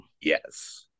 Yes